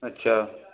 अच्छा